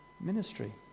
ministry